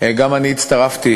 גם אני הצטרפתי